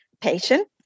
patient